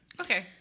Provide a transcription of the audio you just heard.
Okay